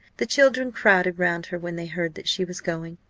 the children crowded round her when they heard that she was going,